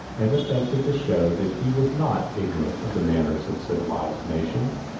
and affected to show that he was not ignorant of the manners of civilized nations.